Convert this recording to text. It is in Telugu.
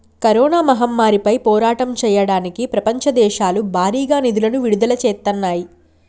కరోనా మహమ్మారిపై పోరాటం చెయ్యడానికి ప్రపంచ దేశాలు భారీగా నిధులను విడుదల చేత్తన్నాయి